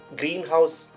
greenhouse